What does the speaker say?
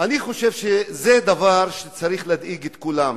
אני חושב שזה דבר שצריך להדאיג את כולם,